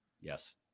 yes